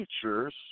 features